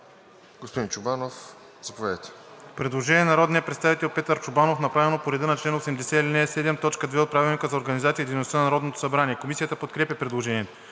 Господин Чобанов, заповядайте